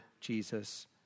Jesus